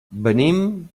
venim